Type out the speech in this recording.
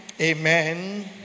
Amen